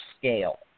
scale